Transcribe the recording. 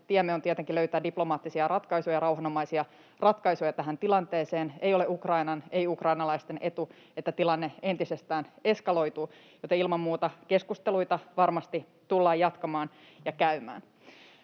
tiemme on tietenkin löytää diplomaattisia ratkaisuja, rauhanomaisia ratkaisuja tähän tilanteeseen. Ei ole Ukrainan, ei ukrainalaisten etu, että tilanne entisestään eskaloituu, joten ilman muuta keskusteluita varmasti tullaan jatkamaan ja käymään.